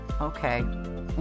Okay